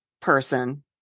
person